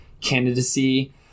candidacy